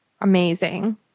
amazing